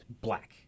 black